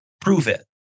prove-it